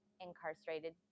incarcerated